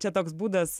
čia toks būdas